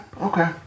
okay